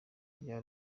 bya